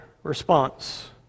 response